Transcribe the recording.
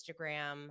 Instagram